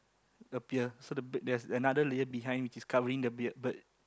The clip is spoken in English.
appear so the b~ there's another layer behind which is covering the beard bird